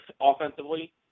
offensively